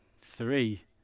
Three